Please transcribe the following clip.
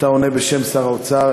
אתה עונה בשם שר האוצר,